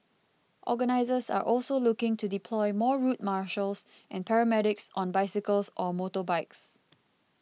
organisers are also looking to deploy more route marshals and paramedics on bicycles or motorbikes